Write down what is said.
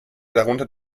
darunter